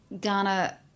Ghana